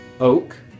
oak